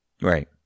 right